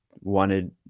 wanted